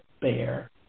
bear